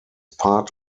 part